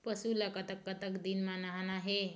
पशु ला कतक कतक दिन म नहाना हे?